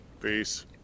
Peace